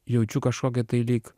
jaučiu kažkokį tai lyg